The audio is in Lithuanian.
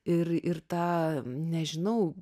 ir ir tą nežinau